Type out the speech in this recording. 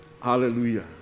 Hallelujah